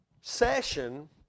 session